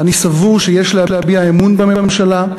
אני סבור שיש להביע אמון בממשלה,